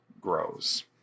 grows